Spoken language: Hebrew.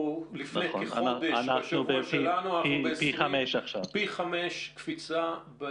לפני כחודש אנחנו פי 5 עכשיו, קפיצה.